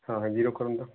ହଁ ଜିରୋ କରନ୍ତୁ